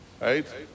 right